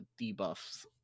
debuffs